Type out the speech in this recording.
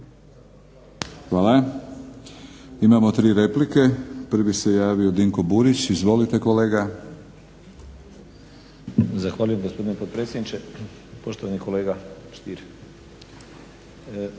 Hvala. Imamo tri replike. Prvi se javio Dinko Burić. Izvolite kolega. **Burić, Dinko (HDSSB)** Zahvaljujem gospodine potpredsjedniče. Poštovani kolega Stier